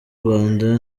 rwanda